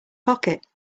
pocket